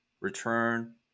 return